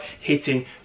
hitting